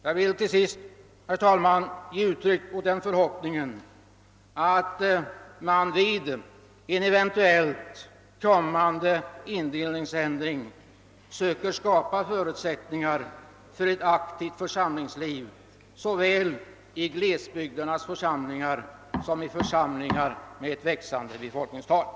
Jag vill till sist, herr talman, ge uttryck åt den förhoppningen att man vid en eventuell kommande indelningsändring söker skapa förutsättningar för ett aktivt församlingsliv såväl i glesbygdernas församlingar som i församlingar med växande befolkningstal.